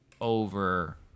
over